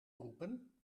roepen